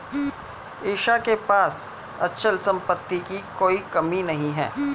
ईशा के पास अचल संपत्ति की कोई कमी नहीं है